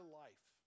life